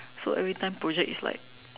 so every time project is like